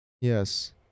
yes